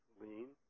lean